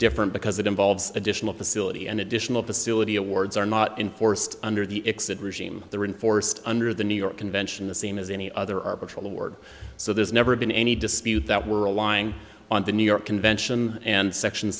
different because it involves additional facility and additional facility awards are not enforced under the exit regime the reinforced under the new york convention the same as any other arbitral award so there's never been any dispute that we're relying on the new york convention and section